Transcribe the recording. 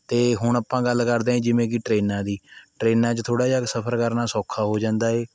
ਅਤੇ ਹੁਣ ਆਪਾਂ ਗੱਲ ਕਰਦੇ ਜਿਵੇਂ ਕਿ ਟਰੇਨਾਂ ਦੀ ਟਰੇਨਾਂ 'ਚ ਥੋੜ੍ਹਾ ਜਿਹਾ ਸਫਰ ਕਰਨਾ ਸੌਖਾ ਹੋ ਜਾਂਦਾ ਏ